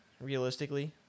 realistically